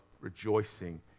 rejoicing